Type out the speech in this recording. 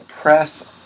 Press